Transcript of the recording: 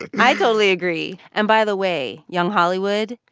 i totally agree. and, by the way, young hollywood,